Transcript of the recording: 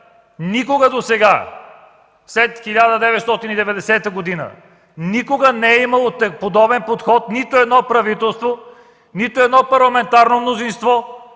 никога досега, след 1990 г., не е имало подобен подход нито едно правителство, нито едно парламентарно мнозинство